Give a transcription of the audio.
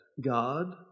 God